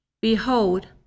Behold